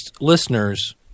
listeners